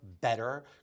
better